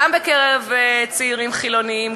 גם בקרב צעירים חילונים,